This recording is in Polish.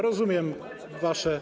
Rozumiem wasze.